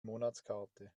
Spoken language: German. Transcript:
monatskarte